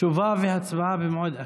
תשובה והצבעה במועד אחר.